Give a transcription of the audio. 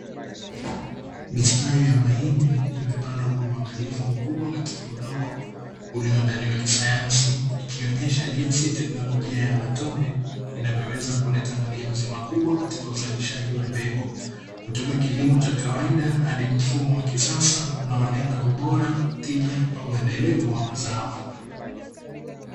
Mistari ya mahindi imepandwa kwa uangalifu kubwa kabisa katika udongo ulioandaliwa kisayansi ikionyesha jinsi teknolojia ya matone inavyoweza kuleta mageuzi makubwa katika uzalishaji wa mbegu kutoka kilimo cha kawaida hadi mfumo wa kisasa unaolenga ubora, tija, na uendelevu wa mazao.